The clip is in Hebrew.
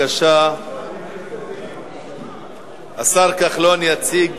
48). השר כחלון יציג